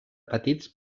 petits